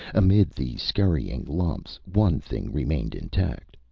amid the scurrying lumps, one thing remained intact,